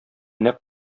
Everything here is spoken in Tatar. нәкъ